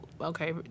okay